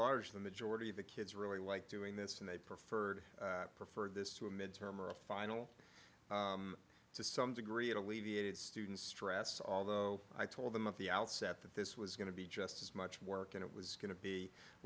large the majority of the kids really liked doing this and they preferred preferred this to a mid term or a final to some degree it alleviated students stress although i told them at the outset that this was going to be just as much work and it was going to be a